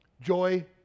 joy